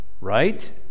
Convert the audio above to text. right